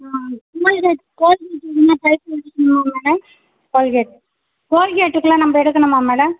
ஆ toll gate toll கேட்டுக்கு எதனால் பைசா எதுவும் கொடுக்கணுமா மேடம் டோல் கேட் டோல் கேட்க்கெலாம் நம்ம எடுக்கணுமா மேடம்